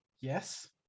Yes